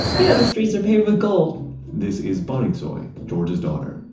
you know the streets are paved with gold this is bonnie tsui, george's daughter.